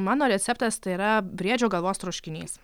mano receptas tai yra briedžio galvos troškinys